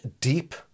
deep